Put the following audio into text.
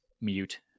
mute